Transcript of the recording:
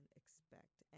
expect